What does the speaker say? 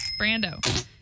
Brando